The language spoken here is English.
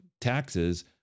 taxes